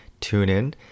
TuneIn